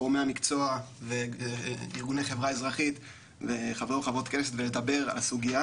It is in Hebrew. גורמי המקצוע וארגוני חברה אזרחית וחברי וחברות כנסת ולדבר על הסוגיה,